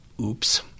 oops